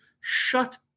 shut